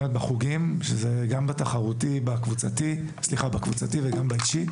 בחוגים, גם בקבוצתי וגם באישי